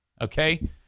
okay